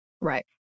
Right